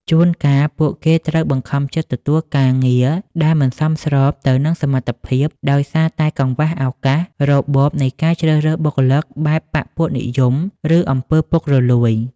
ជួនកាល ពួកគេត្រូវបង្ខំចិត្តទទួលការងារដែលមិនសមស្របទៅនឹងសមត្ថភាព ដោយសារតែកង្វះឱកាស របបនៃការជ្រើសរើសបុគ្គលិកបែបបក្ខពួកនិយម ឬអំពើពុករលួយ។